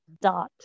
dot